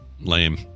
Lame